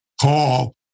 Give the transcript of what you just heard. call